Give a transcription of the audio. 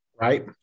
right